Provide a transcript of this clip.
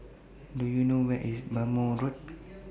Do YOU know Where IS Bhamo Road